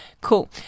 Cool